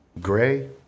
gray